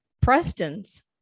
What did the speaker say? Preston's